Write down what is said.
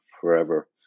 forever